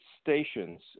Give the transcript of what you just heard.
stations